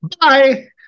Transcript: Bye